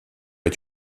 est